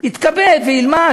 יתכבד וילמד,